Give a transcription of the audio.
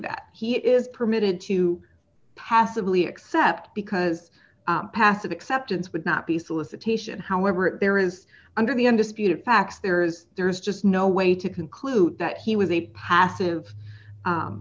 that he is permitted to possibly accept because passive acceptance would not be solicitation however if there is under the undisputed facts there is there is just no way to conclude that he was a passive